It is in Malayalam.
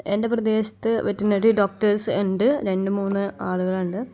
എൻ്റെ പ്രദേശത്ത് വെറ്റിനറി ഡോക്റ്റേഴ്സ് ഉണ്ട് രണ്ട് മൂന്ന് ആളുകളുണ്ട്